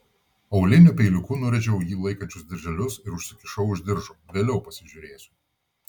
auliniu peiliuku nurėžiau jį laikančius dirželius ir užsikišau už diržo vėliau pasižiūrėsiu